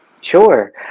sure